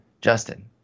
Justin